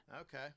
okay